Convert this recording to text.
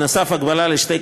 נוסף על כך,